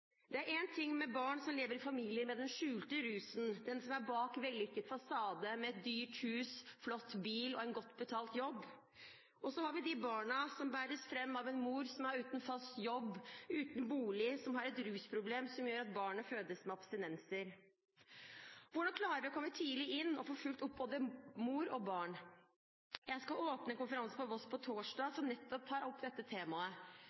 Det er en ting med barn som lever i familier med den skjulte rusen, den som er bak vellykkete fasader, med dyrt hus, flott bil og godt betalt jobb. Så har vi de barna som bæres fram av en mor som er uten fast jobb, uten bolig, og som har et rusproblem som gjør at barnet fødes med abstinenser. Hvordan klare å komme tidlig inn og få fulgt opp både mor og barn? Jeg skal åpne en konferanse på Voss torsdag som nettopp tar opp dette temaet: